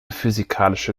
physikalische